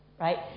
right